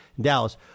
Dallas